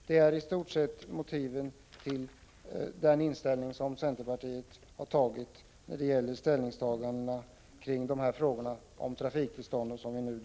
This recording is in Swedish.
Detta är i stort sett motiven till den inställning centerpartiet har i den fråga vi nu diskuterar om trafiktillstånd.